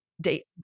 date